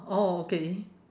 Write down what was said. oh okay